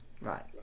right